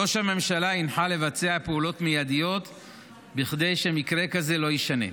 ראש הממשלה הנחה לבצע פעולות מיידיות כדי שמקרה כזה לא יישנה.